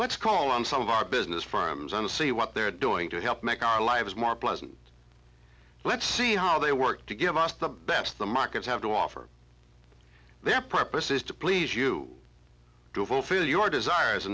let's go call on some of our business firms and see what they're doing to help make our lives more pleasant let's see how they work to give us the best the markets have to offer their purposes to please you to fulfill your desires